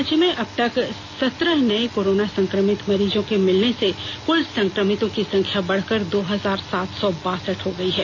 राज्य में अब तक सतरह नए कोरोना संक्रमित मरीजों के मिलने से क्ल संक्रमितों की संख्या बढ़कर दो हजार सात सौ बासठ हो गयी है